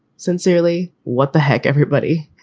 sincerely. what the heck? everybody,